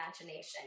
imagination